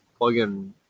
plugin